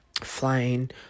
flying